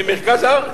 למרכז הארץ.